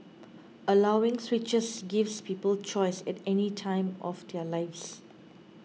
allowing switches gives people choice at any time of their lives